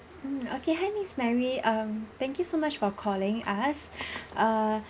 mm okay hi miss mary um thank you so much for calling us err